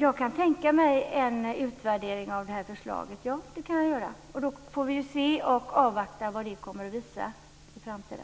Jag kan tänka mig en utvärdering av det här förslaget. Då får vi avvakta vad den kommer att visa i framtiden.